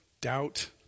doubt